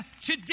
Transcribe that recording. Today